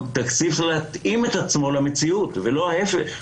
התקציב צריך להתאים את עצמו למציאות ולא ההיפך.